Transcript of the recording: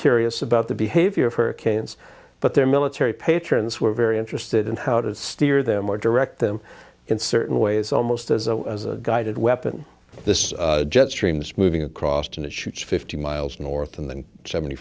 curious about the behavior of hurricanes but their military patrons were very interested in how to steer them or direct them in certain ways almost as a as a guided weapon this jet stream is moving across and it shoots fifty miles north and then seventy